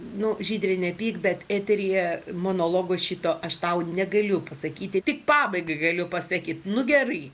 nu žydre nepyk bet eteryje monologo šito aš tau negaliu pasakyti tik pabaigai galiu pasakyt nu gerai